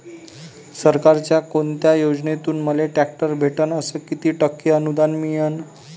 सरकारच्या कोनत्या योजनेतून मले ट्रॅक्टर भेटन अस किती टक्के अनुदान मिळन?